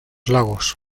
lagos